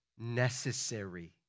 Necessary